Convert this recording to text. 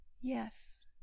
Yes